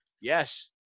yes